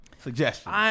suggestion